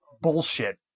bullshit